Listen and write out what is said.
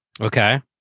Okay